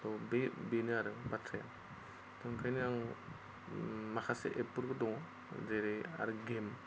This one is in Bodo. त' बे बेनो आरो बाथ्राया ओंखायनो आं माखासे एपफोरबो दङ जेरै आरो गेम